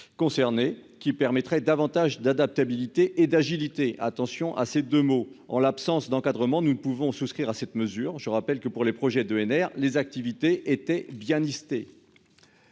Concernés qui permettrait davantage d'adaptabilité et d'agilité, attention à ces 2 mots en l'absence d'encadrement. Nous ne pouvons souscrire à cette mesure. Je rappelle que pour les projets d'ENR les activités étaient bien lister.